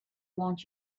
want